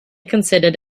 considered